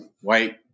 white